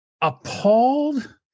appalled